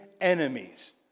enemies